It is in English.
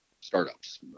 startups